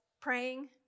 praying